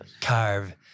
Carve